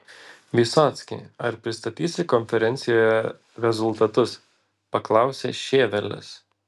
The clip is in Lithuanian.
vysocki ar pristatysi konferencijoje rezultatus paklausė šėvelis